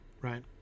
right